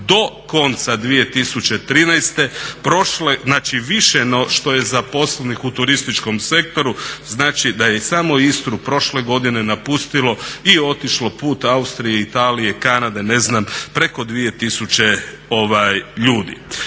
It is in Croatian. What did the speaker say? konca 2013.više no što je zaposlenih u turističkom sektoru, znači da je samo Istru prošle godine napustilo i otišlo put Austrije, Italije, Kanade ne znam preko 2 tisuće ljudi.